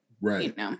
Right